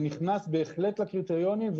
זה נכנס בהחלט לקריטריונים,